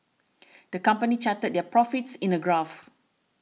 the company charted their profits in a graph